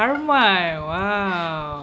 karma !wow!